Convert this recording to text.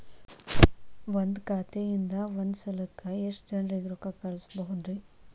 ಒಂದ್ ಖಾತೆಯಿಂದ, ಒಂದ್ ಸಲಕ್ಕ ಎಷ್ಟ ಜನರಿಗೆ ರೊಕ್ಕ ಕಳಸಬಹುದ್ರಿ?